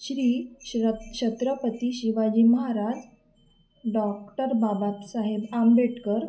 श्री श्र छत्रपती शिवाजी महाराज डॉक्टर बाबासाहेब आंबेडकर